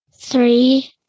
Three